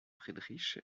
friedrich